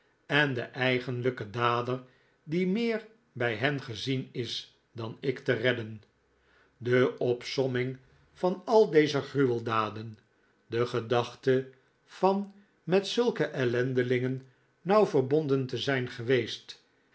en den eigenlijken dader die meer bij hen gezien is dan ik te redden de opsomming van al deze gruweldaden de gedachte van met zulke ellendelingen nauw verbonden te zijn geweest